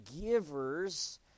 givers